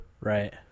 Right